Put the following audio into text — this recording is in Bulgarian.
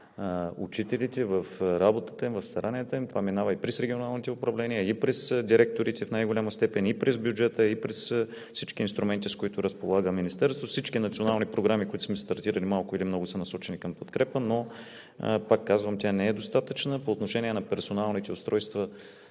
учителите в работата им, в старанията им. Това минава и през регионалните управления, и през директорите в най-голяма степен, и през бюджета, и през всички инструменти, с които разполага Министерството. Всички национални програми, които сме стартирали малко или много, са насочени към подкрепа, но, пак казвам, тя не е достатъчна. По отношение на персоналните устройства